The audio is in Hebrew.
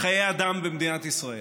חיי אדם במדינת ישראל.